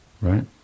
Right